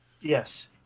Yes